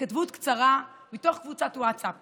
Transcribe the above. התכתבות קצרה מתוך קבוצת ווטסאפ